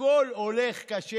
הכול הולך קשה,